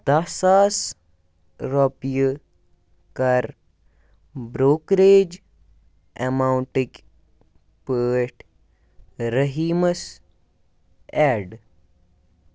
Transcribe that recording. دَہ ساس رۄپیہِ کَر بروکریج اٮ۪ماوُنٛٹٕکۍ پٲٹھۍ رٔحیٖمس اٮ۪ڈ